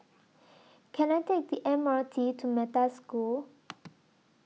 Can I Take The M R T to Metta School